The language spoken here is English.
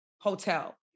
hotel